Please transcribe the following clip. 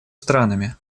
странами